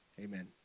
Amen